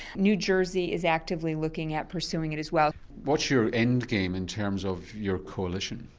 new jersey is actively looking at pursuing it as well. what's your end game in terms of your coalition?